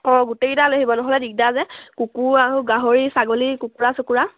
অঁ গোটেইকেইটা লৈ আহিব নহ'লে দিগদাৰ যে কুকুৰ আৰু গাহৰি ছাগলী কুকুৰা চুকুৰা